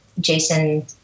Jason